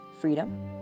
freedom